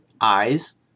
Eyes